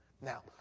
Now